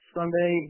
Sunday